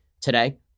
today